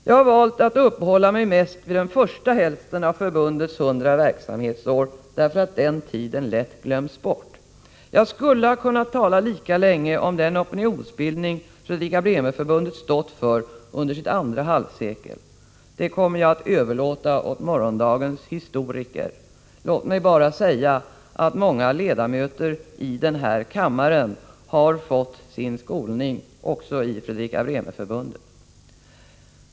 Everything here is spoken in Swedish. Jag har valt att uppehålla mig mest vid den första hälften av förbundets hundra verksamhetsår därför att den tiden lätt glöms bort. Jag skulle ha kunnat tala lika länge om den opinionsbildning som Fredrika-Bremer-Förbundet stått för under sitt andra halvsekel, men det kommer jag att överlåta åt morgondagens historiker. Låt mig bara säga att många ledamöter i den här kammaren har fått sin skolning bl.a. i Fredrika-Bremer-Förbundet.